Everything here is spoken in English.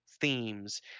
themes